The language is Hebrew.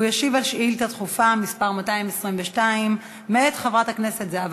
והוא ישיב על שאילתה דחופה מס' 222 מאת חברת הכנסת זהבה